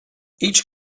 each